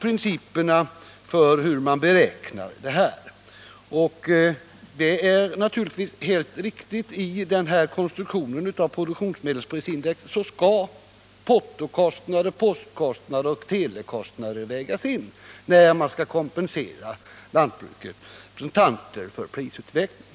principerna för beräkning av kostnadskompensationen, och hans slutsats är naturligtvis helt riktig. I den här konstruktionen av produktionsmedelsprisindex skall postkostnader och telekostnader vägas in när man skall kompensera lantbrukets representanter för prisutvecklingen.